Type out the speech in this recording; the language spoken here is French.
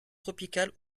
tropicales